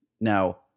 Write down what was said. Now